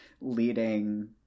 leading